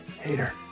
Hater